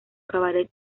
cabaret